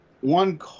one